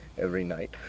every night.